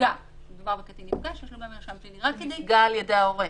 שנפגע על ידי ההורה.